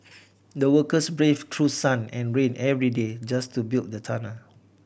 the workers braved through sun and rain every day just to build the tunnel